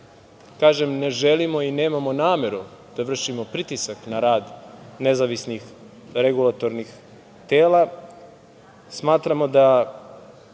kažem ne želimo i nemamo nameru da vršimo pritisak na rad nezavisnih regulatornih tela. Smatramo da